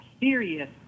serious